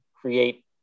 create